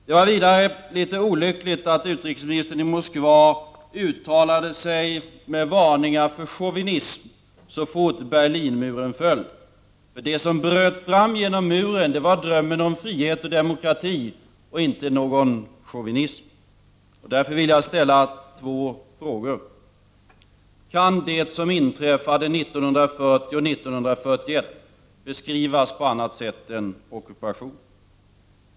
Det var vidare litet olyckligt att utrikesministern i Moskva uttalade en varning för chauvinism så fort Berlinmuren föll. Det som bröt fram genom muren var drömmen om frihet och demokrati och inte någon chauvinism. Mot bakgrund av detta vill jag ställa två frågor till utrikesministern. Kan det som inträffade 1940 och 1941 beskrivas på annat sätt än som en ockupation?